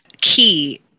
key